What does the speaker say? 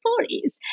stories